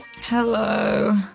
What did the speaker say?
Hello